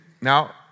now